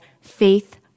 Faith